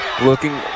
looking